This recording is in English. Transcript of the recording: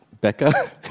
Becca